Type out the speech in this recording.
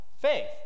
faith